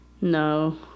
No